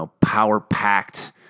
power-packed